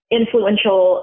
influential